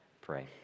pray